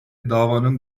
davanın